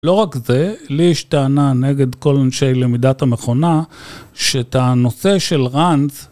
לא רק זה, לי יש טענה נגד כל אנשי למידת המכונה, שאת הנושא של ראנז...